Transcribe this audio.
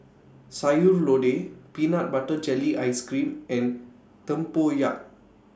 Sayur Lodeh Peanut Butter Jelly Ice Cream and Tempoyak